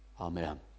Amen